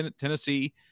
Tennessee